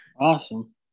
Awesome